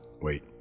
wait